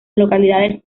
localidades